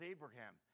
Abraham